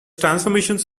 transformations